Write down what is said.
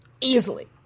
Easily